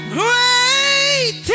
great